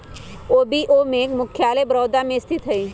BOB के मुख्यालय बड़ोदरा में स्थित हइ